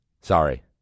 Sorry